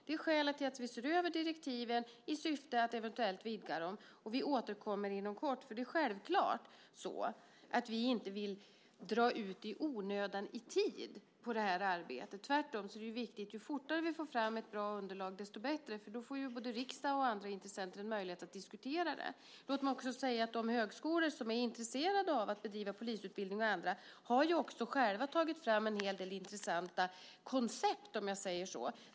Det är skälet till att vi ser över direktiven, alltså i syfte att eventuellt vidga dem. Vi återkommer inom kort, för självklart vill vi inte dra ut på tiden i onödan vad gäller det arbetet. Tvärtom, ju fortare vi får fram ett bra underlag desto bättre. Då får både riksdag och andra intressenter möjlighet att diskutera underlaget. Låt mig också säga att de högskolor och andra som är intresserade av att bedriva polisutbildning själva tagit fram en hel del intressanta koncept, om jag kallar dem så.